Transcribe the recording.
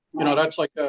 you know, that's like,